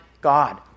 God